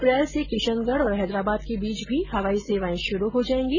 अप्रैल से किशनगढ़ और हैदराबाद के बीच भी हवाई सेवाएं शुरू हो जाएंगी